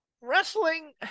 wrestling